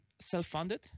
self-funded